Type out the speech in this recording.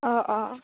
অঁ অঁ